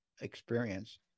experience